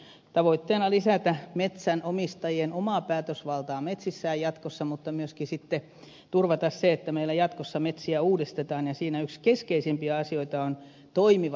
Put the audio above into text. nyt on tavoitteena lisätä metsänomistajien omaa päätösvaltaa metsissään jatkossa mutta myöskin turvata se että meillä jatkossa metsiä uudistetaan ja siinä yksi keskeisimpiä asioita on toimiva taimituotanto